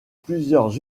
plusieurs